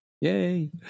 Yay